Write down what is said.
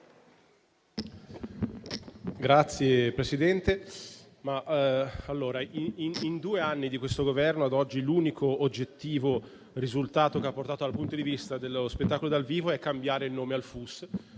Signor Presidente, in due anni di questo Governo, ad oggi, l'unico oggettivo risultato che è stato portato dal punto di vista dello spettacolo dal vivo è cambiare il nome al FUS,